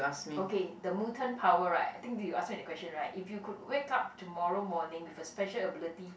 okay the mutant power right I think you ask me the question right if you could wake up tomorrow morning with a special ability